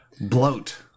bloat